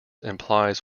implies